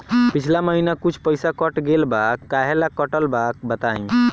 पिछला महीना कुछ पइसा कट गेल बा कहेला कटल बा बताईं?